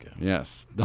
yes